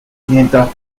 mientras